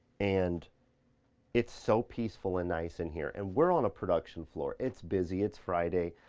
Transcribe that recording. and it's so peaceful and nice in here. and we're on a production floor, it's busy, it's friday,